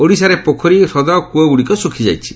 ଓଡ଼ିଶାରେ ପୋଖରୀ ହଦ ଓ କ୍ରଅଗୁଡ଼ିକ ଶୁଖିଯାଇଛି